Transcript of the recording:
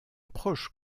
proche